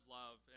love